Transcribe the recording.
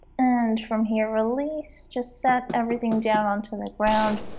and from here release just set everything down onto the ground.